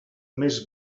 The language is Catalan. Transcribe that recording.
més